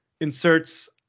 inserts